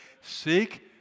Seek